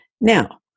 Now